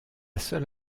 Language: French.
seule